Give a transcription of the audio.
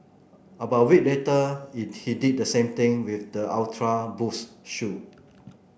about a week later it he did the same thing with the Ultra Boost shoe